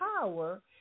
power